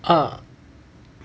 ah